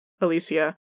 Alicia